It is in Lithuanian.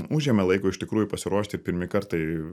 užėmė laiko iš tikrųjų pasiruošti pirmi kartai